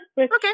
Okay